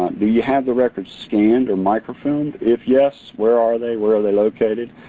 do you have the records scanned or microfilmed? if yes, where are they? where are they located?